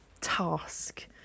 task